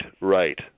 right